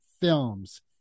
films